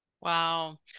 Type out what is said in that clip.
Wow